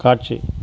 காட்சி